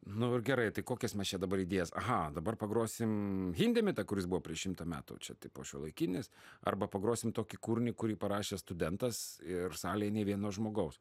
nu ir gerai tai kokias mes čia dabar idėjas aha dabar pagrosim himdemitą kuris buvo prieš šimtą metų čia tipo šiuolaikinis arba pagrosim tokį kūrinį kurį parašė studentas ir salėj ne vieno žmogaus